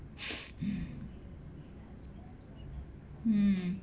mm